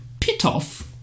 Pitoff